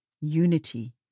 unity